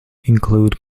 include